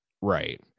Right